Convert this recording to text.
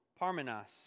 Parmenas